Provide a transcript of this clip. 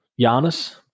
Giannis